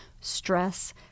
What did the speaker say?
stress